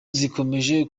zikomeje